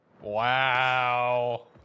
Wow